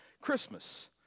Christmas